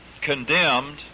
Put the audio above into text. condemned